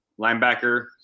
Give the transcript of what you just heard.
linebacker